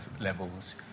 levels